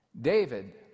David